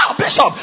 Bishop